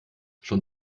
schon